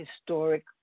historic